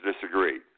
disagree